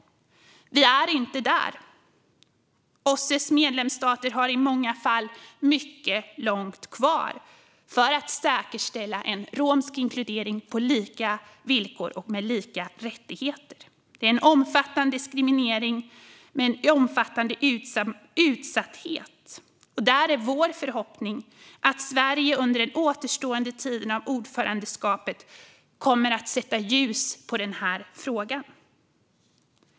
Vi är inte där. OSSE:s medlemsstater har i många fall mycket långt kvar för att säkerställa en romsk inkludering på lika villkor och med lika rättigheter. Det finns en omfattande diskriminering och en omfattande utsatthet. Vår förhoppning är att Sverige under den återstående tiden av ordförandeskapet kommer att sätta ljus på den här frågan.